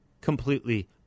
completely